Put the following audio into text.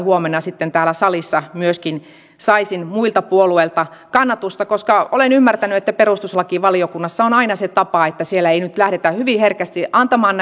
huomenna sitten täällä salissa myöskin saisin muilta puolueilta kannatusta koska olen ymmärtänyt että perustuslakivaliokunnassa on aina se tapa että siellä ei nyt lähdetä hyvin herkästi antamaan